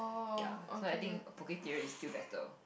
ya so I think a Poke-Theory is still better